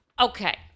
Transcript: Okay